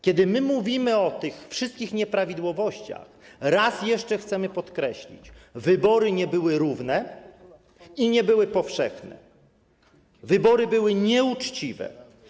Kiedy mówimy o tych wszystkich nieprawidłowościach, raz jeszcze chcemy podkreślić: Wybory nie były równe i nie były powszechne, wybory były nieuczciwe.